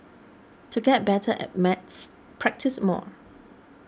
to get better at maths practise more